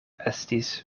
estis